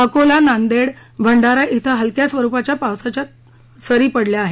अकोला नांदेड भंडारा इथं हलक्या स्वरूपाच्या पावसाच्या सरी पडल्या आहेत